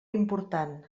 important